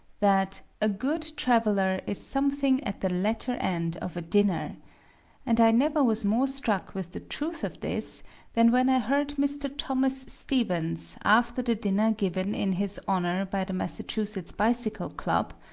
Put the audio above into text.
that a good traveller is something at the latter end of a dinner and i never was more struck with the truth of this than when i heard mr. thomas stevens, after the dinner given in his honor by the massachusetts bicycle club,